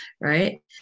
Right